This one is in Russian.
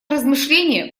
размышления